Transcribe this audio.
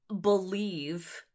believe